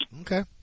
Okay